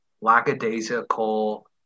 lackadaisical